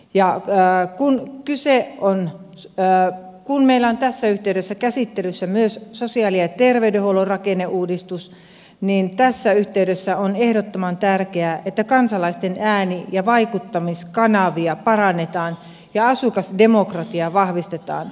ja tää kun kyse on pää kun meillä on tässä yhteydessä käsittelyssä myös sosiaali ja terveydenhuollon rakenneuudistus niin tässä yhteydessä on ehdottoman tärkeää että kansalaisten vaikuttamiskanavia parannetaan ja asukasdemokratiaa vahvistetaan